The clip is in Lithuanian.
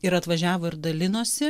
ir atvažiavo ir dalinosi